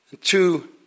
two